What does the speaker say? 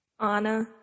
Anna